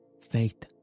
Faith